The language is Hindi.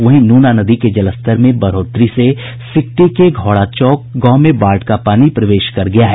वहीं नूना नदी के जलस्तर में बढ़ोतरी से सिकटी के घोड़ाचौक गांव में बाढ़ का पानी प्रवेश कर गया है